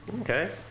Okay